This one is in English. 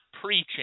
preaching